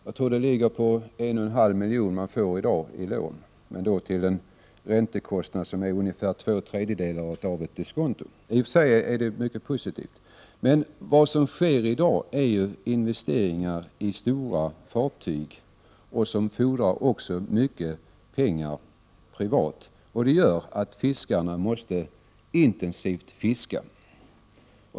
Jag tror att man i dag får 1,5 milj.kr. i lån. Räntekostnaden är cirka två tredjedelar av diskontot — det är i och för sig mycket positivt. Det som sker i dag är investeringar i stora fartyg som fordrar mycket privata pengar. Detta leder till att fiskarna måste fiska intensivt.